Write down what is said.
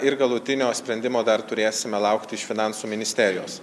ir galutinio sprendimo dar turėsime laukti iš finansų ministerijos